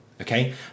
Okay